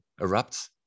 erupts